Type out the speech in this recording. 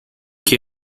que